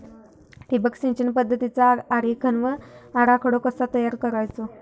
ठिबक सिंचन पद्धतीचा आरेखन व आराखडो कसो तयार करायचो?